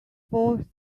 force